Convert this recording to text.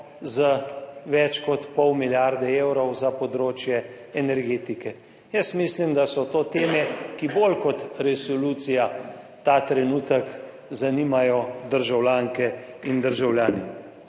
z več kot pol milijarde evrov za področje energetike. Jaz mislim, da so to teme, ki bolj kot resolucija ta trenutek zanimajo državljanke in državljane.